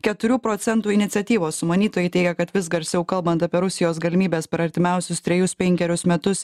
keturių procentų iniciatyvos sumanytojai teigia kad vis garsiau kalbant apie rusijos galimybes per artimiausius trejus penkerius metus